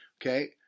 Okay